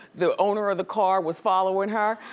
the owner of the car was following her,